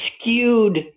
skewed